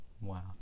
wow